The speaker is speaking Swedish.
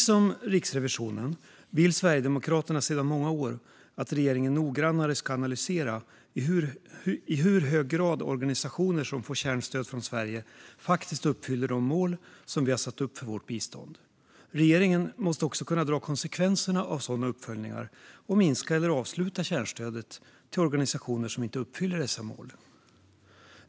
Sverigedemokraterna vill sedan många år liksom Riksrevisionen att regeringen noggrannare ska analysera i hur hög grad organisationer som får kärnstöd från Sverige faktiskt uppfyller de mål som vi har satt upp för vårt bistånd. Regeringen måste också kunna dra slutsatser av sådana uppföljningar och som konsekvens minska eller avsluta kärnstödet till organisationer som inte uppfyller dessa mål.